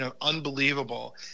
unbelievable